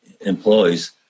employees